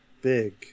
big